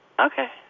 Okay